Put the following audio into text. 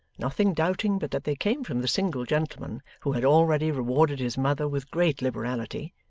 nothing doubting but that they came from the single gentleman who had already rewarded his mother with great liberality,